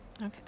Okay